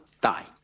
die